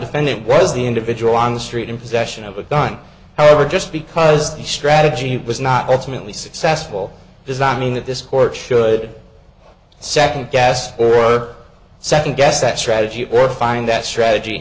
defendant was the individual on the street in possession of a gun however just because the strategy was not ultimately successful designing that this court should second gas or second guess that strategy or find that strategy